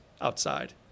outside